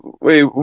wait